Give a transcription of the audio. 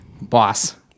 Boss